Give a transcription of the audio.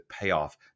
payoff